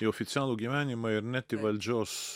į oficialų gyvenimą ir net į valdžios